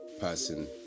person